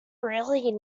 really